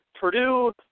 Purdue